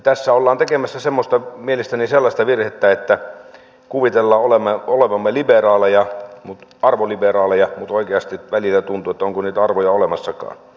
tässä ollaan tekemässä mielestäni sellaista virhettä että kuvitellaan olevamme arvoliberaaleja mutta oikeasti välillä tuntuu että onko niitä arvoja olemassakaan